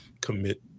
commit